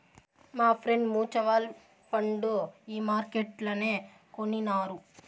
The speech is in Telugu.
మాఫ్రెండ్ మూచువల్ ఫండు ఈ మార్కెట్లనే కొనినారు